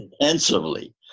intensively